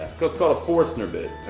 so what's called a forestner bit.